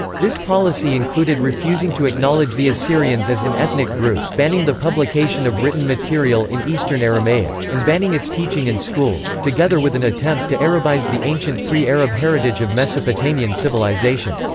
this policy included refusing to acknowledge the assyrians as an ethnic group, banning the publication of written material in eastern aramaic, and banning its teaching in schools, together with an attempt to arabize the ancient pre-arab heritage of mesopotamian civilisation.